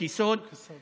חוק-יסוד